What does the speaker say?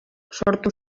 sortu